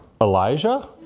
Elijah